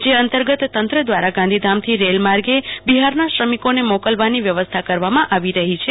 જે અંતર્ગત તંત્ર દવારા ગાંધીધામથી રેલમાર્ગે બિહાર ના શ્રમિકોને મોકલવાની વ્યવસ્થા કરવામાં આવી રહી છે